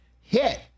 hit